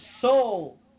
soul